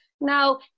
now